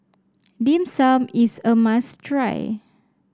Dim Sum is a must try